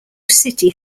city